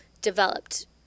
developed